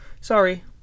sorry